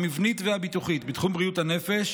המבנית והביטוחית, בתחום בריאות הנפש,